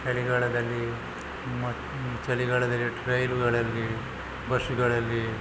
ಚಳಿಗಾಲದಲ್ಲಿ ಮ ಚಳಿಗಾಲದಲ್ಲಿ ಟ್ರೈನುಗಳಲ್ಲಿ ಬಸ್ಸುಗಳಲ್ಲಿ